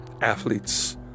athletes